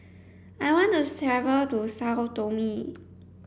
I want to travel to Sao Tome